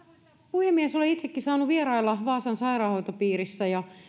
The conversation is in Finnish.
puhemies olen itsekin saanut vierailla vaasan sairaanhoitopiirissä ja